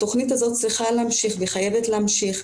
התכנית הזאת צריכה להמשיך וחייבת להמשיך.